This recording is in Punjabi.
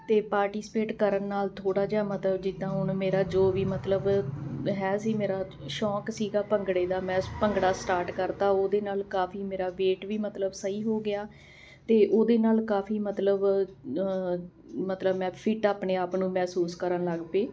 ਅਤੇ ਪਾਰਟੀਸਪੇਟ ਕਰਨ ਨਾਲ ਥੋੜ੍ਹਾ ਜਿਹਾ ਮਤਲਬ ਜਿੱਦਾਂ ਹੁਣ ਮੇਰਾ ਜੋ ਵੀ ਮਤਲਬ ਹੈ ਸੀ ਮੇਰਾ ਸ਼ੌਂਕ ਸੀਗਾ ਭੰਗੜੇ ਦਾ ਮੈਂ ਭੰਗੜਾ ਸਟਾਰਟ ਕਰਤਾ ਉਹਦੇ ਨਾਲ ਕਾਫੀ ਮੇਰਾ ਵੇਟ ਵੀ ਮਤਲਬ ਸਹੀ ਹੋ ਗਿਆ ਅਤੇ ਉਹਦੇ ਨਾਲ ਕਾਫੀ ਮਤਲਬ ਮਤਲਬ ਮੈਂ ਫਿੱਟ ਆਪਣੇ ਆਪ ਨੂੰ ਮਹਿਸੂਸ ਕਰਨ ਲੱਗ ਪਈ